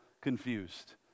confused